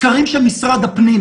סקרים של משרד הפנים,